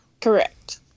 Correct